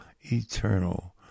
eternal